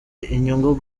inyungu